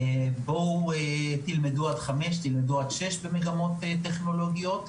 תלמדו עד חמש-שש במגמות טכנולוגיות,